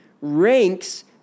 ranks